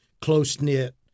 close-knit